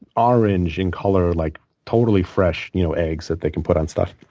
orange in color, like totally fresh you know eggs that they can put on stuff.